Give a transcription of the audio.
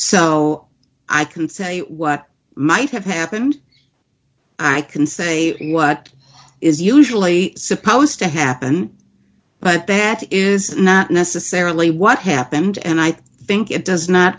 so i can say what might have happened i can say what is usually supposed to happen but that is not necessarily what happened and i think it does not